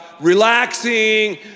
relaxing